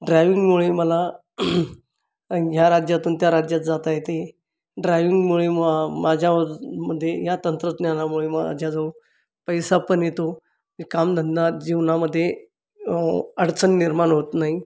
ड्रायविंगमुळे मला ह्या राज्यातून त्या राज्यात जाता येते ड्रायविंगमुळे मा माझ्या मध्ये ह्या तंत्रज्ञानामुळे माझ्याजवळ पैसा पण येतो आणि काम धंदा जीवनामध्ये अडचण निर्माण होत नाही